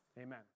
amen